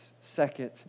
Second